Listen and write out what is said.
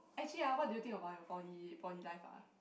actually ah what do you think about your poly poly life ah